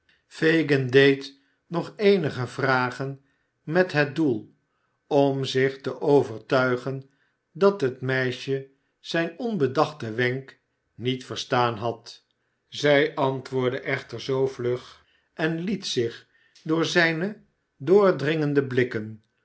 fagin deed nog eenige vragen met het doe om zich te overtuigen dat het meisje zijn onbedachten wenk niet verstaan had zij antwoordde echter zoo vlug en liet zich door zijne doordringende blikken